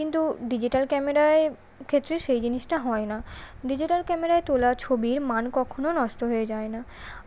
কিন্তু ডিজিটাল ক্যামেরায় ক্ষেত্রে সেই জিনিসটা হয় না ডিজিটাল ক্যামেরায় তোলা ছবির মান কখনো নষ্ট হয়ে যায় না